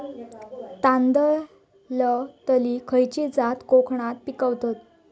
तांदलतली खयची जात कोकणात पिकवतत?